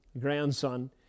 grandson